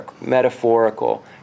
metaphorical